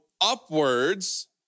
upwards